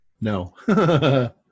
No